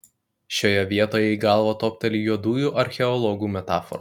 šioje vietoje į galvą topteli juodųjų archeologų metafora